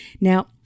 now